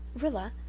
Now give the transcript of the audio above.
rilla,